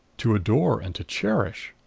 to adore and to cherish.